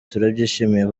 turabyishimiye